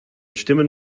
stimmen